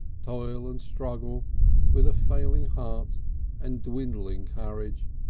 toil and struggle with a failing heart and dwindling courage,